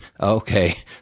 Okay